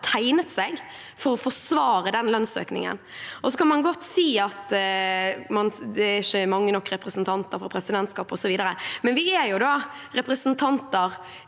tegnet seg for å forsvare den lønnsøkningen. Så kan man godt si at det ikke er mange nok representanter fra presidentskapet osv., men vi er jo representanter